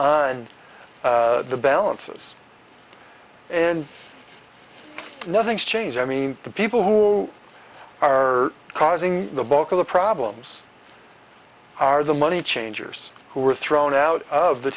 and balances and nothing's changed i mean the people who are causing the bulk of the problems our the money changers who were thrown out of the